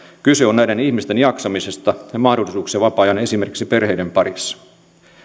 kyse on näiden ihmisten jaksamisesta ja mahdollisuuksista vapaa aikaan esimerkiksi perheiden parissa